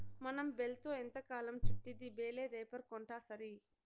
మనం బేల్తో ఎంతకాలం చుట్టిద్ది బేలే రేపర్ కొంటాసరి